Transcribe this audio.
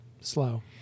slow